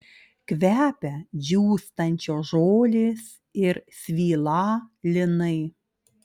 kvepia džiūstančios žolės ir svylą linai